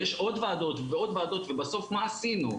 יש עוד ועדות ועוד ועדות ובסוף מה עשינו?